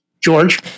George